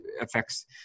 affects